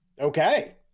Okay